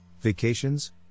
Vacations